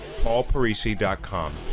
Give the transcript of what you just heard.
paulparisi.com